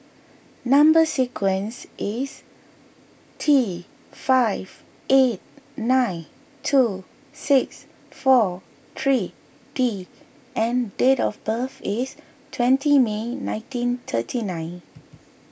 Number Sequence is T five eight nine two six four three D and date of birth is twenty May nineteen thirty nine